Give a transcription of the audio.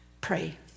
pray